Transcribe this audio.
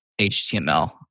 HTML